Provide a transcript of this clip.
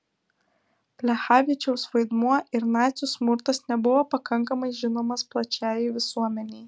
plechavičiaus vaidmuo ir nacių smurtas nebuvo pakankamai žinomas plačiajai visuomenei